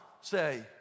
say